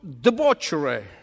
debauchery